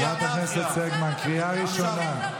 חברת הכנסת סגמן, קריאה ראשונה.